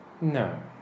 No